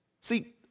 See